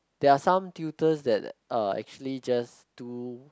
there are some tutors that uh actually just do